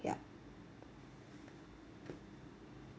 yup